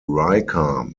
riker